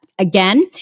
Again